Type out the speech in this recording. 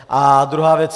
A druhá věc.